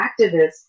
activists